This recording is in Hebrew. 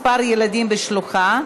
מספר ילדים בשלוחה),